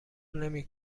نمی